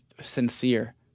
sincere